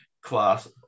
class